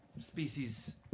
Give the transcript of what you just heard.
species